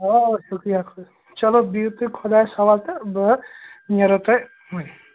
آ شُکریہ چلو بِہِو تُہۍ خۄدایس حَوال تہٕ بہٕ نیرو تۄہہِ وُنۍ